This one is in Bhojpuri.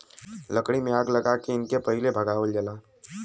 लकड़ी में आग लगा के इनके पहिले भगावल जाला